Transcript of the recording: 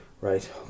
Right